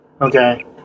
Okay